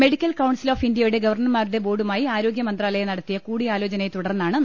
medical council of ഇന്ത്യയുടെ ഗവർണർമാരുടെ ബോർഡുമായി ആരോഗ്യമന്ത്രാലയം നടത്തിയ കൂടിയാലോചനയെ തുടർന്നാണ് നടപടി